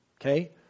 okay